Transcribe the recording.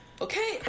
Okay